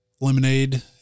lemonade